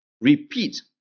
repeat